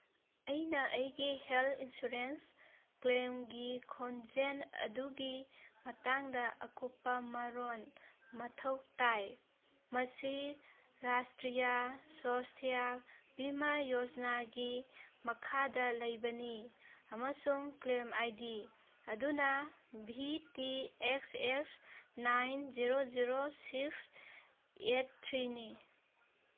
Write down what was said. ꯑꯩꯅ ꯑꯩꯒꯤ health insurance ꯀ꯭ꯂꯦꯝꯒꯤ ꯈꯣꯟꯖꯦꯜ ꯑꯗꯨꯒꯤ ꯃꯇꯥꯡꯗ ꯑꯀꯨꯞꯄ ꯃꯔꯣꯜ ꯃꯊꯧ ꯇꯥꯏ ꯃꯁꯤ ꯔꯥꯁꯇ꯭ꯔꯤꯌꯥ ꯁ꯭ꯋꯥꯁꯊꯤꯌꯥ ꯕꯤꯃꯥ ꯌꯣꯖꯅꯥꯒꯤ ꯃꯈꯥꯗ ꯂꯩꯕꯅꯤ ꯑꯃꯁꯨꯡ ꯀ꯭ꯂꯦꯝ ꯑꯥꯏ ꯗꯤ ꯑꯗꯨꯅ V T X S nine zero zero six eight ꯊ꯭ꯔꯤꯅꯤ